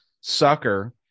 sucker